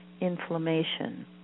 inflammation